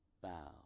bow